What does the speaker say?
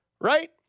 right